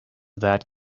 that